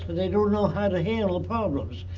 they don't know how to handle the problems.